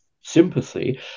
sympathy